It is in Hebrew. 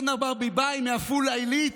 אורנה ברביבאי מעפולה עילית,